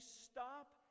stop